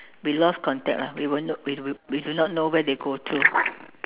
we lost contact lah we were not we we do not know where go to